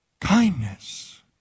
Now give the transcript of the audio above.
Kindness